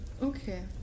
Okay